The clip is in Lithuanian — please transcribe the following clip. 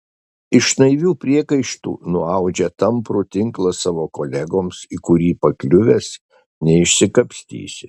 iš naivių priekaištų nuaudžia tamprų tinklą savo kolegoms į kurį pakliuvęs neišsikapstysi